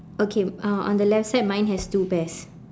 okay uh on the left side mine has two pairs